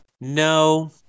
no